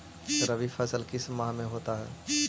रवि फसल किस माह में होता है?